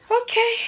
Okay